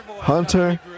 Hunter